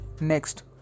Next